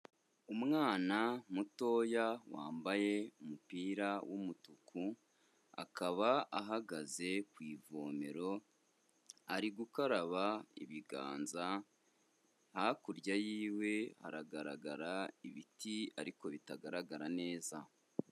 Umwana mutoya wambaye umupira w'umutuku, akaba ahagaze ku ivomero ari gukaraba ibiganza, hakurya y'iwe haragaragara ibiti ariko bitagaragara neza.